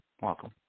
welcome